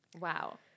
Wow